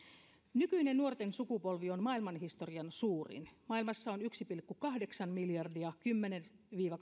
nykyinen nuorten sukupolvi on maailmanhistorian suurin maailmassa on yksi pilkku kahdeksan miljardia kymmenen viiva